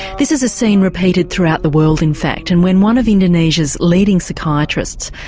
this is a scene repeated throughout the world in fact. and when one of indonesia's leading psychiatrists,